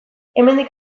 hemendik